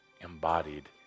embodied